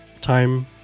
time